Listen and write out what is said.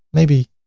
maybe